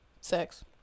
Sex